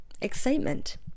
excitement